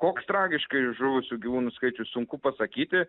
koks tragiškai žuvusių gyvūnų skaičius sunku pasakyti